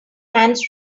hands